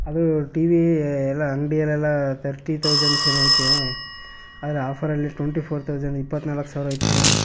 ಅದು T V ಎಲ್ಲ ಅಂಗಡಿಯಲ್ಲೆಲ್ಲ ತರ್ಟಿ ತೌಸೆಂಡ್ಸ್ ಏನೋ ಐತೆ ಆದ್ರೆ ಆಫರಲ್ಲಿ ಟ್ವೆಂಟಿ ಫೋರ್ ತೌಸಂಡ್ ಇಪ್ಪತ್ನಾಲ್ಕು ಸಾವಿರ ಇತ್ತು ಕಣೋ